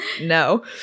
no